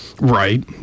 Right